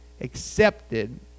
accepted